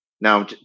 now